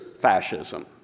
fascism